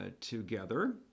together